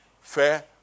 fair